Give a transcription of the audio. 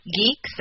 geeks